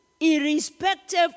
irrespective